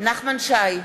נחמן שי,